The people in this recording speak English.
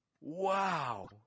Wow